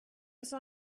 saw